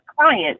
client